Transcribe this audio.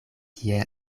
kiel